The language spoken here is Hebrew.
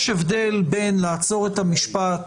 יש הבדל בין לעצור את המשפט